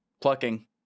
Plucking